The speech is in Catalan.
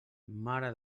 mare